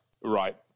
Right